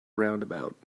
roundabout